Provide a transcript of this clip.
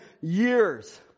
years